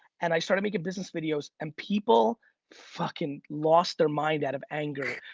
and i started making business videos and people fucking lost their mind out of anger,